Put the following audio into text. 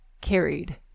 carried